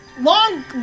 long